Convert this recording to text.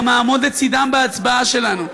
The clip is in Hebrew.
גם נעמוד לצדם בהצבעה שלנו,